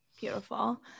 Beautiful